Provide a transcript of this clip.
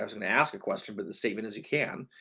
i was going to ask a question, but the statement as you can.